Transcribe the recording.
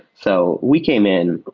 so we came in,